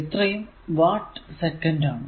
ഇത്രയും watt second ആണ്